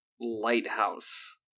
Lighthouse